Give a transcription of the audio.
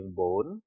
bone